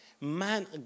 Man